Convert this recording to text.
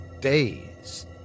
days